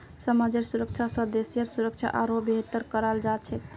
समाजेर सुरक्षा स देशेर सुरक्षा आरोह बेहतर कराल जा छेक